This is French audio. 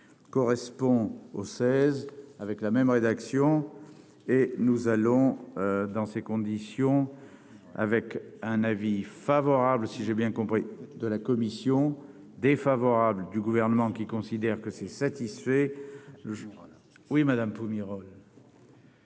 Correspond au 16 avec la même rédaction et nous allons, dans ces conditions, avec un avis favorable, si j'ai bien compris de la commission défavorable du gouvernement qui considèrent que ces satisfait le journal